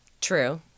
True